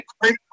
great